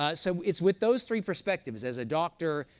ah so it's with those three perspectives as a doctor,